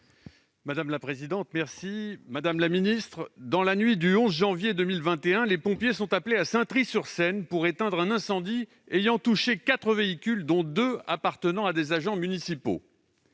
de l'intérieur. Madame la ministre, dans la nuit du 11 janvier 2021, les pompiers sont appelés à Saintry-sur-Seine pour éteindre un incendie ayant touché quatre véhicules, dont deux appartenant à des agents municipaux.